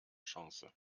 chance